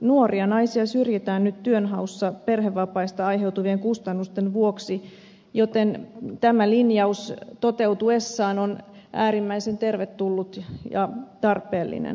nuoria naisia syrjitään nyt työnhaussa perhevapaista aiheutuvien kustannusten vuoksi joten tämä linjaus toteutuessaan on äärimmäisen tervetullut ja tarpeellinen